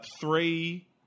three